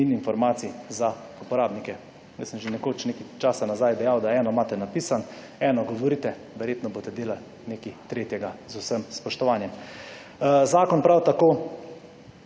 in informacij za uporabnike. Jaz sem že nekoč nekaj časa nazaj dejal, da eno imate napisano, eno govorite, verjetno boste delali nekaj tretjega, z vsem spoštovanjem. Zakon prav tako